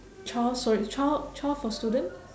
trial sorry trial trial for student